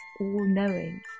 all-knowing